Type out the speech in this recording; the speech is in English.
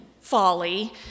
folly